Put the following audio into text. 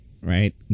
right